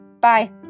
Bye